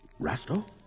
Rasto